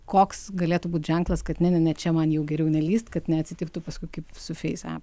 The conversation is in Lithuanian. koks galėtų būt ženklas kad ne ne ne čia man jau geriau nelįst kad neatsitiktų paskui kaip su feis ep